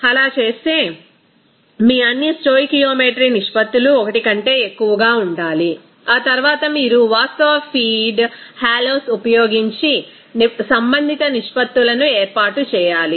అలా చేస్తే మీ అన్ని స్టోయికియోమెట్రీ నిష్పత్తులు 1 కంటే ఎక్కువగా ఉండాలి ఆ తర్వాత మీరు వాస్తవ ఫీడ్ హాలోస్ ఉపయోగించి సంబంధిత నిష్పత్తులను ఏర్పాటు చేయాలి